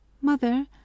Mother